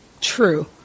True